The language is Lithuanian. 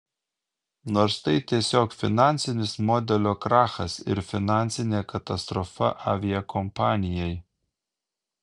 nors tai tiesiog finansinis modelio krachas ir finansinė katastrofa aviakompanijai